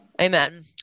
Amen